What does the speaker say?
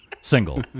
Single